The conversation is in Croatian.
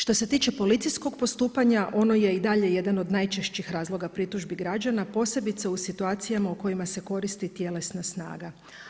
Što se tiče policijskog postupanja, ono je i dalje jedan od najčešći razloga pritužbi građana, posebice u situacijama u kojima se koristi tjelesna snaga.